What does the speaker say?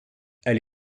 elle